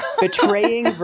Betraying